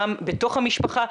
גם בתוך המשפחה,